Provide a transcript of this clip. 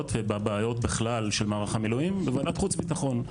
ובבעיות בכלל של מערך המילואים בוועדת חוץ ביטחון.